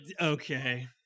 Okay